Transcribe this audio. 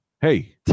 Hey